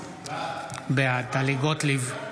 בעד טלי גוטליב,